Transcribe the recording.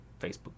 Facebook